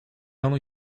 only